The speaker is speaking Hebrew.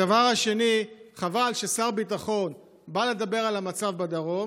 הדבר השני, חבל ששר ביטחון בא לדבר על המצב בדרום